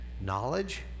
knowledge